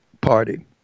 party